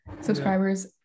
subscribers